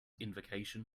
invocation